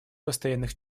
постоянных